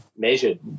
measured